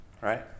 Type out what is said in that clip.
Right